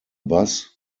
bus